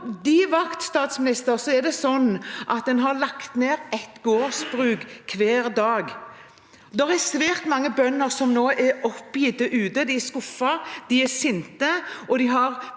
På statsministerens vakt har en lagt ned ett gårdsbruk hver dag. Det er svært mange bønder som er oppgitte. De er skuffet, de er sinte, og de har